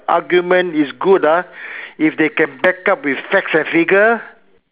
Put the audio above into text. argument is good ah if they can back up with facts and figure